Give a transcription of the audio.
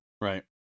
Right